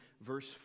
verse